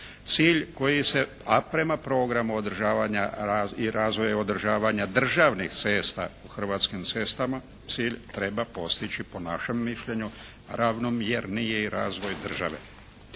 Cilj koji se, a prema programu održavanja i razvoja održavanja državnih cesta u Hrvatskim cestama cilj treba postići po našem mišljenju ravnomjernije i razvoj države.